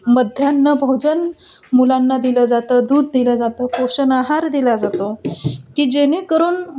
मध्यान्ह भोजन मुलांना दिलं जातं दूध दिलं जातं पोषण आहार दिला जातो की जेणेकरून